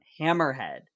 Hammerhead